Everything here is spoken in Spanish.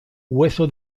hueso